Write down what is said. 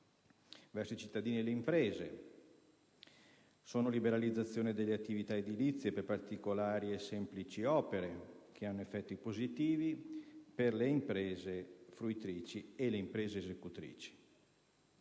verso i cittadini e le imprese; sono la liberalizzazione delle attività edilizie per particolari e semplici opere che hanno effetti positivi per le imprese fruitrici e le imprese esecutrici.